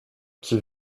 qui